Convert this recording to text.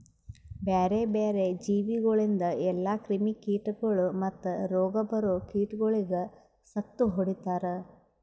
ಬ್ಯಾರೆ ಬ್ಯಾರೆ ಜೀವಿಗೊಳಿಂದ್ ಎಲ್ಲಾ ಕ್ರಿಮಿ ಕೀಟಗೊಳ್ ಮತ್ತ್ ರೋಗ ಬರೋ ಕೀಟಗೊಳಿಗ್ ಸತ್ತು ಹೊಡಿತಾರ್